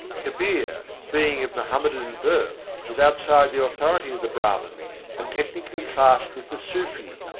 kabir, being of mohammedan birth, was outside the authority of the brahmans, and technically classed with the sufis,